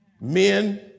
Men